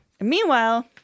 Meanwhile